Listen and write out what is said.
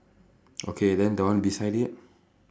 okay then the one beside it